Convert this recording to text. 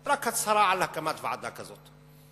רק הצהרה על הקמת ועדה כזו.